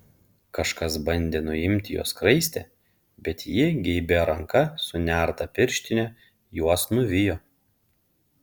kažkas bandė nuimti jos skraistę bet ji geibia ranka su nerta pirštine juos nuvijo